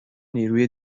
نیروی